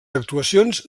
actuacions